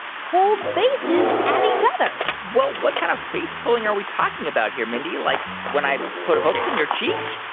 pulled faces at each other well, what kind of face pulling are we talking about here, mindy? like when i put hooks in your cheeks